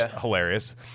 hilarious